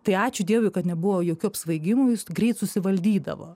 tai ačiū dievui kad nebuvo jokių apsvaigimų jis greit susivaldydavo